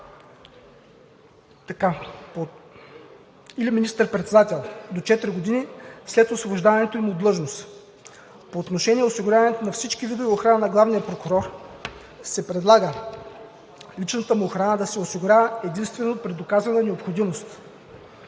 или „министър-председател“ – до 4 години след освобождаването им от длъжност. По отношение осигуряването на всички видове охрана на главния прокурор се предлага личната му охрана да се осигурява единствено при доказана необходимост.